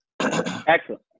excellent